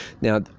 Now